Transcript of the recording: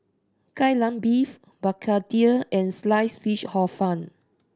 Kai Lan Beef begedil and slice fish Hor Fun